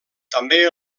també